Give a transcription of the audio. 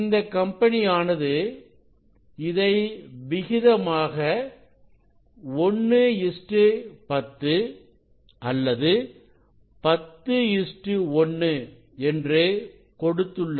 இந்த கம்பெனி ஆனது இதை விகிதமாக 110 அல்லது 101 என்று கொடுத்துள்ளது